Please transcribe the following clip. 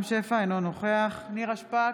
אינו נוכח נירה שפק,